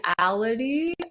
reality